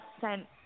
sent